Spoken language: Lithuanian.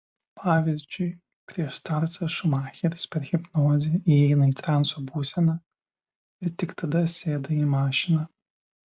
pavyzdžiui prieš startą šumacheris per hipnozę įeina į transo būseną ir tik tada sėda į mašiną